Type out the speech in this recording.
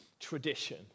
Tradition